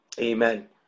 Amen